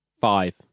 five